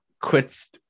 quits